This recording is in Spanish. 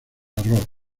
arroz